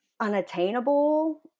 unattainable